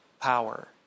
power